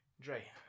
Dre